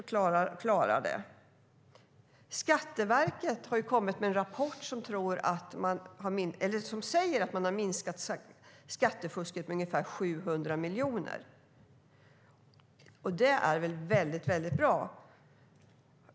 Vi klarar det. Skatteverket har kommit med en rapport som säger att man har minskat skattefusket med ungefär 700 miljoner. Det är väldigt bra.